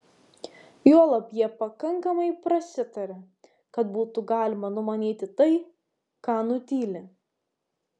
juolab jie pakankamai prasitaria kad būtų galima numanyti tai ką nutyli